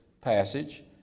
passage